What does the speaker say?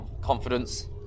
confidence